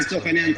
לצורך העניין,